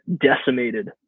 decimated